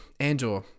Andor